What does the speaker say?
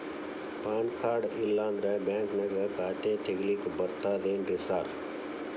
PAN card ಇಲ್ಲಂದ್ರ ಬ್ಯಾಂಕಿನ್ಯಾಗ ಖಾತೆ ತೆಗೆಲಿಕ್ಕಿ ಬರ್ತಾದೇನ್ರಿ ಸಾರ್?